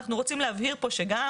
אנחנו רוצים להבהיר פה שגם